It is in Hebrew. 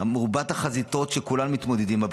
מרובת החזיתות שכולנו מתמודדים איתה,